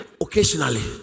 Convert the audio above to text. occasionally